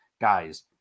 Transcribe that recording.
guys